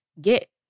get